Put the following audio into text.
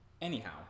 Anyhow